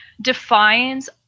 defines